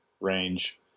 range